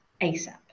ASAP